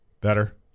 Better